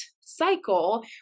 cycle